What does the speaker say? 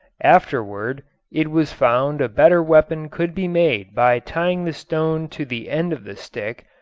afterward it was found a better weapon could be made by tying the stone to the end of the stick,